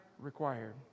required